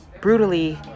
brutally